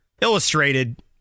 illustrated